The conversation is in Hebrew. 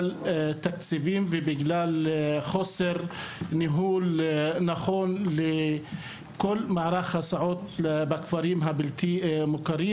תקציבים ובגלל ניהול לא נכון של כלל מערך ההסעות בכפרים הבלתי מוכרים.